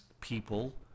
people